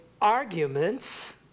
arguments